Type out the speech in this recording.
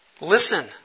Listen